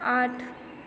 आठ